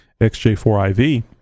XJ4IV